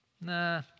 Nah